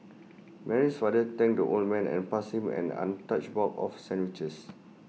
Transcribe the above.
Mary's father thanked the old man and passed him an untouched box of sandwiches